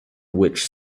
which